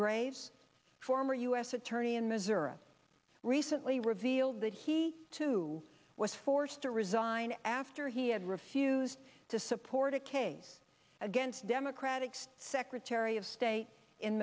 graves former u s attorney in missouri recently revealed that he too was forced to resign after he had refused to support a case against democratic state secretary of state in